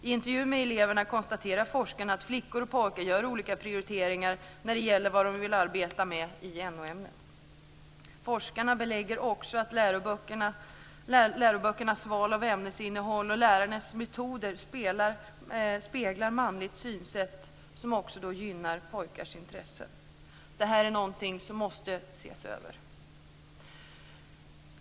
I intervjuer med eleverna konstaterade forskarna att flickor och pojkar gör olika prioriteringar när det gäller vad de vill arbeta med i NO-ämnen. Forskarna belägger också att läroböckernas val av ämnesinnehåll och lärarnas val av metoder speglar manligt synsätt, något som också gynnar pojkars intressen. Det här är någonting som måste ses över.